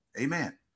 Amen